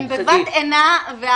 בבת עינה של הוועדה הזאת,